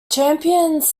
champions